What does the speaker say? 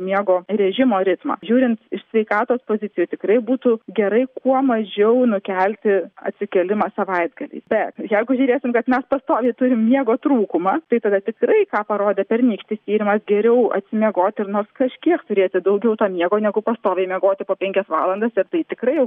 miego režimo ritmą žiūrint iš sveikatos pozicijų tikrai būtų gerai kuo mažiau nukelti atsikėlimą savaitgaliais bet jeigu žiūrėsim kad mes pastoviai turim miego trūkumą tai tada tikrai ką parodė pernykštis tyrimas geriau atsimiegoti ir nors kažkiek turėti daugiau to miego negu pastoviai miegoti po penkias valandas ir tai tikrai jau